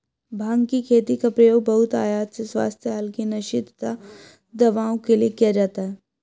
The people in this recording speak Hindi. भांग की खेती का प्रयोग बहुतायत से स्वास्थ्य हल्के नशे तथा दवाओं के लिए किया जाता है